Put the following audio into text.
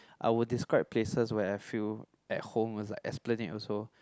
I will describe places where I feel at home it's like Esplanade also